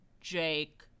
Jake